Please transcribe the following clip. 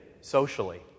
socially